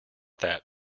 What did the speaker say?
that